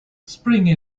spring